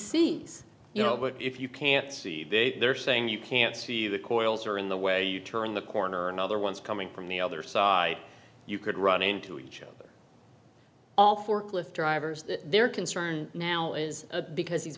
sees you know but if you can't see they're saying you can't see the coils are in the way you turn the corner another one is coming from the other side you could run into each other all forklift drivers that their concern now is because he's